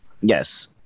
yes